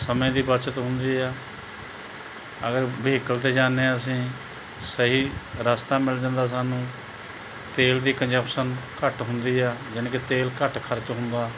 ਸਮੇਂ ਦੀ ਬੱਚਤ ਹੁੰਦੀ ਹੈ ਅਗਰ ਵਹੀਕਲ 'ਤੇ ਜਾਂਦੇ ਅਸੀਂ ਸਹੀ ਰਸਤਾ ਮਿਲ ਜਾਂਦਾ ਸਾਨੂੰ ਤੇਲ ਦੀ ਕੰਜਮਪਸ਼ਨ ਘੱਟ ਹੁੰਦੀ ਹੈ ਯਾਨੀ ਕਿ ਤੇਲ ਘੱਟ ਖਰਚ ਹੁੰਦਾ